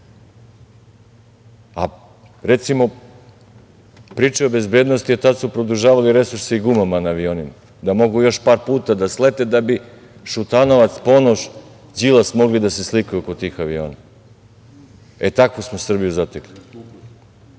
recimo, pričaju o bezbednosti, tad su produžavali resurse na gumama na avionima da mogu još par puta da slete da bi Šutanovac, Ponoš, Đilas mogli da se slikaju kod tih aviona. E, takvu smo Srbiju zatekli.I